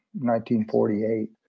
1948